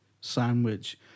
sandwich